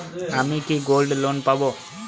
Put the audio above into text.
আমি কি gold loan পাবো?